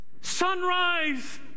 Sunrise